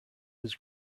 was